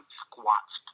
squats